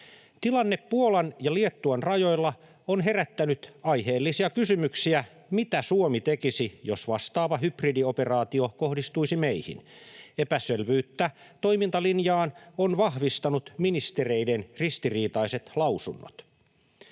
Tilanne Puolan ja Liettuan rajoilla on herättänyt aiheellisia kysymyksiä siitä, mitä Suomi tekisi, jos vastaava hybridioperaatio kohdistuisi meihin. Epäselvyyttä toimintalinjaan ovat vahvistaneet ministereiden ristiriitaiset lausunnot.